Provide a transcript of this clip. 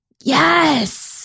Yes